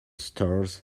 stores